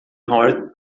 hard